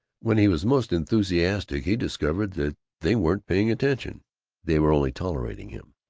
when he was most enthusiastic he discovered that they weren't paying attention they were only tolerating him.